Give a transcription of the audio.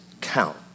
count